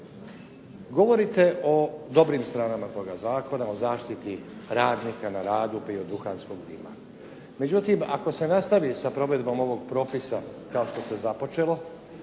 Govorite o dobrim stranama toga zakona, o zaštiti radnika na radu bio duhanskog dima. Međutim, ako se nastavi sa provedbom ovog propisa kao što se započelo,